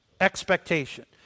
expectation